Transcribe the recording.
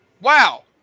Wow